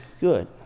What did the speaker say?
good